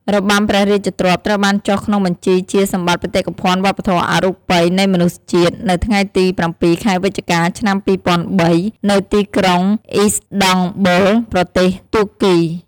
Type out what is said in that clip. របាំព្រះរាជទ្រព្យ ត្រូវបានចុះក្នុងបញ្ជីជាសម្បត្តិបេតិកភណ្ឌវប្បធម៌អរូបីនៃមនុស្សជាតិ នៅថ្ងៃទី៧ ខែវិច្ឆិកា ឆ្នាំ២០០៣ នៅទីក្រុងអ៊ីស្តង់ប៊ុល ប្រទេសតួកគី។